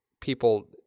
people